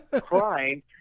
crying